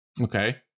okay